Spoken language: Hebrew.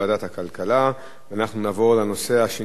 נעבור לנושא הבא שעל סדר-היום: